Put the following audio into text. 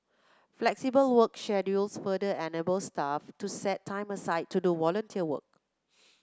flexible work schedules further enable staff to set time aside to do volunteer work